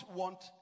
want